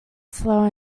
slower